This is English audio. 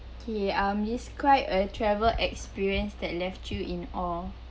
ok um describe a travel experience that left you in awe